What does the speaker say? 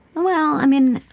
well, i mean,